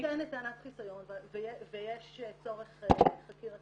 --- טענת חיסיון ויש צורך בחקירה